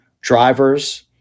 drivers